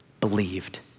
believed